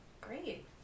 Great